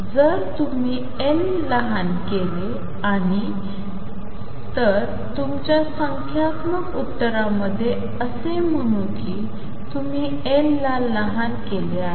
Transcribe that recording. जर तुम्ही L लहान केले आणि तर तुमच्या संख्यात्मक उत्तरामध्ये असे म्हणू की तुम्ही L ला लहान केले आहे